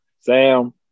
Sam